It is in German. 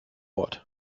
ort